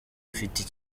mfite